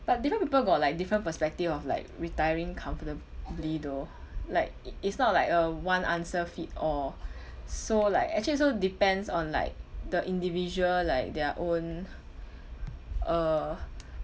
but different people got like different perspective of like retiring comfortably though like i~ it's not like a one answer fit all so like actually also depends on like the individual like their own uh